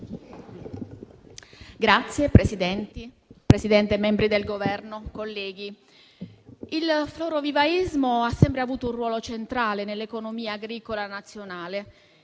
Signor Presidente, membri del Governo, colleghi, il florovivaismo ha sempre avuto un ruolo centrale nell'economia agricola nazionale.